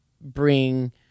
bring